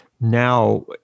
now